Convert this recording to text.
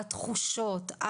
על התחושות.